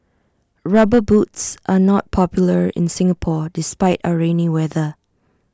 rubber boots are not popular in Singapore despite our rainy weather